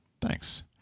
Thanks